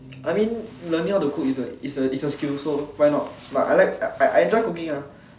I mean learning how to cook is a is a is a skill so why not like I like I I enjoy cooking ah